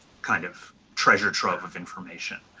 kind of treasure trove of information.